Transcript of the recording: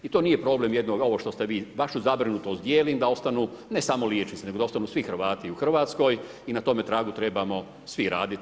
I to nije problem, ovo što ste vi vašu zabrinutost dijelim da ostanu ne samo liječnici, nego da ostanu svi Hrvati u Hrvatskoj i na tome tragu trebamo svi raditi.